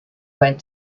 went